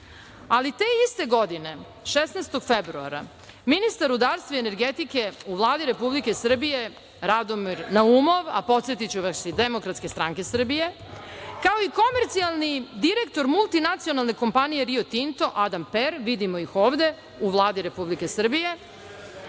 ali te iste godine 16. februara ministar rudarstva i energetike u Vladi Republike Srbije Radomir Naumov, a podsetiću vas iz DSS, kao i komercijalni direktor multinacionalne kompanije Rio Tinto Adam Per, vidimo ih ovde, u Vladi Republike Srbije